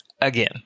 again